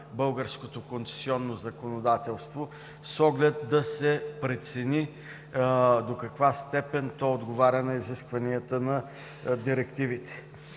българското концесионно законодателство, за да се прецени до каква степен то отговаря на изискванията на директивите.